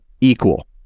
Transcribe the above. equal